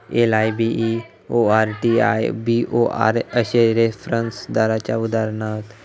LIBOR, TIBOR अश्ये reference दराची उदाहरणा हत